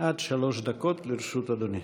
עד שלוש דקות לרשות אדוני.